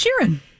Sheeran